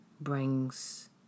brings